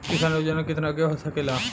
किसान योजना कितना के हो सकेला?